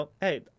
hey